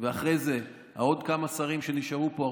ואחרי זה עוד כמה שרים שנשארו פה,